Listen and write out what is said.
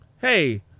hey